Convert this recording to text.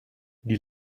die